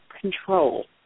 control